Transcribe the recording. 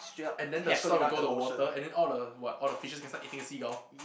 and then the swan will go into the water and the what all the fishes can start eating the seagull